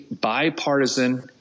bipartisan